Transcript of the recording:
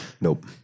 Nope